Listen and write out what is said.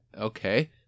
Okay